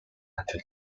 until